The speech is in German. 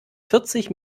vierzig